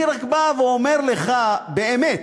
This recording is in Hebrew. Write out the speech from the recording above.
אני רק בא ואומר לך באמת: